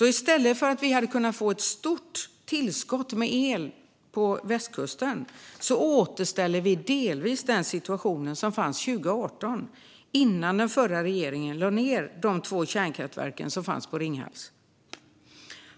I stället för att vi skulle kunna få ett stort tillskott med el till västkusten återställer vi bara delvis den situation som fanns 2018 innan den förra regeringen lade ned de två kärnkraftverk som fanns på Ringhals.